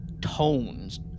tones